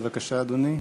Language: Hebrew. בבקשה, אדוני.